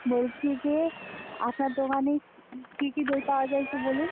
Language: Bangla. বলছি যে আপনার দোকানে কী কী দই পাওয়া যায় একটু বলুন